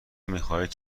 میخواهید